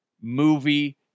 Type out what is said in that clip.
movie